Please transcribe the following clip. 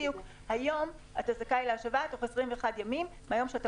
היום אתה זכאי להשבה תוך 21 ימים ביום שאתה